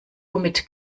womit